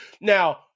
Now